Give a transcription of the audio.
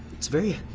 it's very,